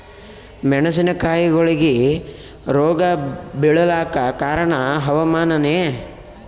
ಮೆಣಸಿನ ಕಾಯಿಗಳಿಗಿ ರೋಗ ಬಿಳಲಾಕ ಕಾರಣ ಹವಾಮಾನನೇ?